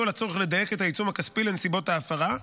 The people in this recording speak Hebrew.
על הצורך לדייק את העיצום הכספי לנסיבות ההפרה.